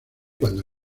cuando